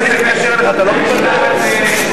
קיבלת אס.אם.אס.